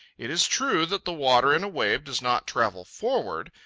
it is true that the water in a wave does not travel forward.